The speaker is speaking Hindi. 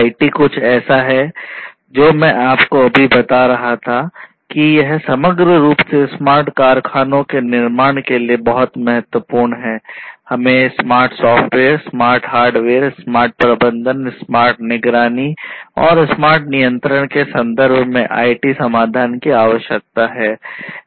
आईटी कुछ ऐसा है जो मैं आपको भी बता रहा था कि यह समग्र रूप से स्मार्ट कारखानों के निर्माण के लिए बहुत महत्वपूर्ण है हमें smart software smart hardware smart प्रबंधन स्मार्ट निगरानी और स्मार्ट नियंत्रण के संदर्भ में आईटी समाधान की आवश्यकता है